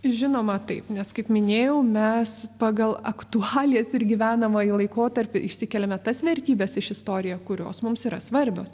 žinoma taip nes kaip minėjau mes pagal aktualijas ir gyvenamąjį laikotarpį išsikeliame tas vertybes iš istorija kurios mums yra svarbios